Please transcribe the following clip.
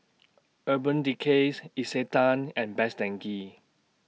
Urban Decay Isetan and Best Denki